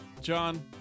John